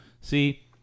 See